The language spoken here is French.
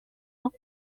dans